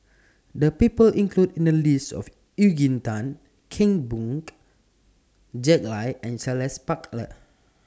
The People included in The list of Eugene Tan Kheng B Oon Jack Lai and Charles Paglar